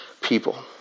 people